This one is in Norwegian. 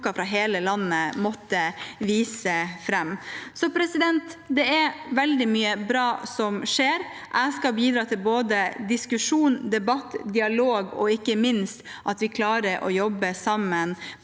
fra hele landet måtte vise fram. Det er veldig mye bra som skjer. Jeg skal bidra til både diskusjon, debatt og dialog, at vi klarer å jobbe sammen